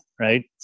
right